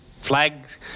flags